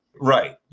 Right